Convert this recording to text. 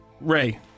Ray